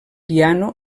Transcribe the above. piano